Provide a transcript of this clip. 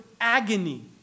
agony